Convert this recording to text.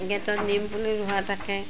গে'টত নিম পুলি ৰোৱা থাকে